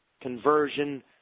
conversion